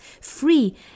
free